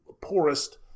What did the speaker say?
poorest